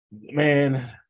man